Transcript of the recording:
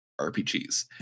RPGs